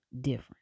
different